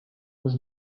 was